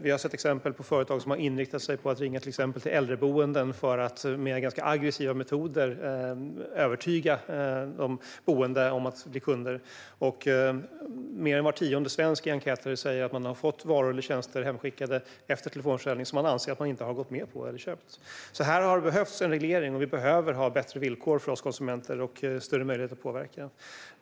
Vi har sett exempel på företag som har inriktat sig på att ringa till exempelvis äldreboenden för att med ganska aggressiva metoder försöka övertyga de boende om att bli kunder. Mer än var tionde svensk säger i enkäter att de har fått varor eller tjänster hemskickade efter telefonförsäljning som de anser att de inte har gått med på eller köpt. Det har alltså funnits behov av en reglering och bättre villkor för oss konsumenter. Vi behöver också större möjligheter att påverka.